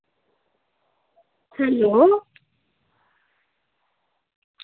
hello